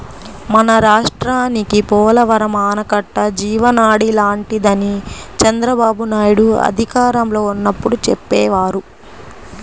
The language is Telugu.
మన రాష్ట్రానికి పోలవరం ఆనకట్ట జీవనాడి లాంటిదని చంద్రబాబునాయుడు అధికారంలో ఉన్నప్పుడు చెప్పేవారు